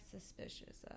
suspicious